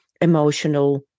emotional